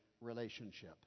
relationship